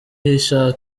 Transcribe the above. igisubizo